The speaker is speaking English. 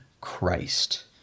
Christ